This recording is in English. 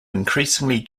increasingly